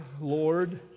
Lord